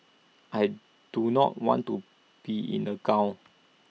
I do not want to be in A gown